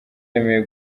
bemeye